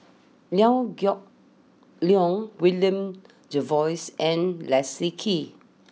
Liew Geok Leong William Jervois and Leslie Kee